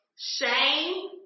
Shame